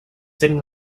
sitting